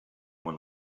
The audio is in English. one